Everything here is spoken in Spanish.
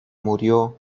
murió